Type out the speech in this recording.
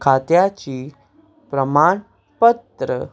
खात्याचीं प्रमाणपत्र